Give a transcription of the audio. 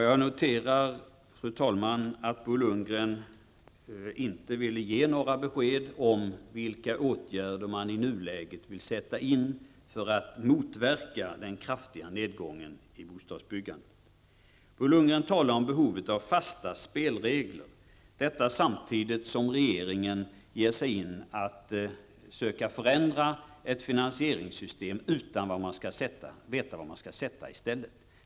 Fru talman! Jag noterar att Bo Lundgren inte vill ge några besked om vilka åtgärder man i nuläget vill sätta in för att motverka den kraftiga nedgången i bostadsbyggandet. Bo Lundgren talar om behovet av fasta spelregler. Detta samtidigt som regeringen ger sig in i att söka förändra ett finansieringssystem utan att veta vad som skall göras i stället.